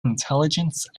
intelligence